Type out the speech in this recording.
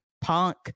punk